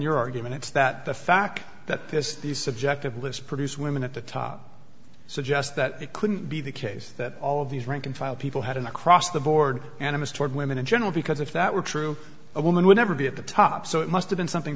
your argument it's that the fact that this is the subject of list produced women at the top suggests that it couldn't be the case that all of these rank and file people had an across the board animus toward women in general because if that were true a woman would never be at the top so it must have been something